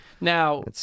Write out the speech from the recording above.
Now